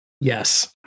Yes